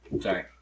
Sorry